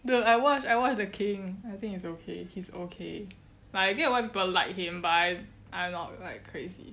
dude I watch I watch the king I think it's okay he's okay but I get why people like him but I I not like crazy